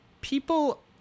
people